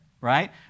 right